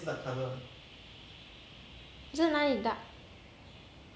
这哪里 dark